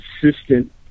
consistent